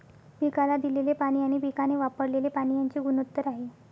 पिकाला दिलेले पाणी आणि पिकाने वापरलेले पाणी यांचे गुणोत्तर आहे